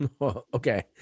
Okay